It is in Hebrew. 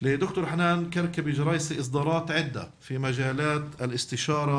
לד"ר חנאן כרכבי-ג'ראייסי פרסומים רבים בתחומי הייעוץ,